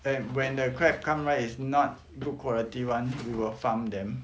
and when the crab come right is not good quality [one] we will farm them